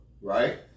right